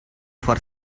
for